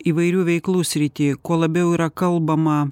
įvairių veiklų srity kuo labiau yra kalbama